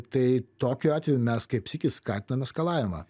tai tokiu atveju mes kaip sykis skatinam eskalavimą